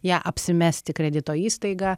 jie apsimesti kredito įstaiga